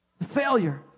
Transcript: Failure